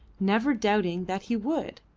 never doubting that he would.